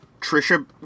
Trisha